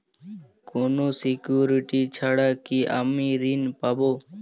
কোনো সিকুরিটি ছাড়া কি আমি ঋণ পাবো?